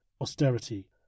Austerity